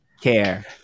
care